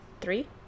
three